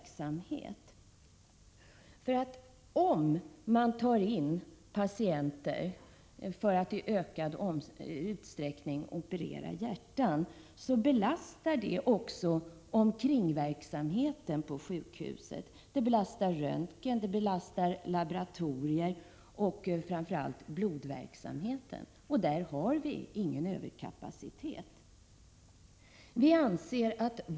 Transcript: Om man i ökad utsträckning tar in patienter för hjärtoperationer, kommer detta att belasta också omkringverksamheten på sjukhusen, t.ex. röntgen, laboratorier och blodverksamhet, och där har vi ingen överkapacitet.